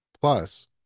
Plus